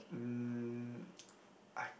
um I